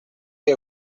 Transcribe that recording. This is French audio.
des